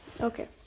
Okay